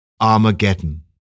Armageddon